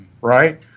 right